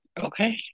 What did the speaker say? Okay